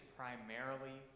primarily